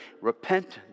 repentance